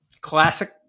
Classic